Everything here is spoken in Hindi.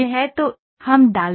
तो हम डाल दिया है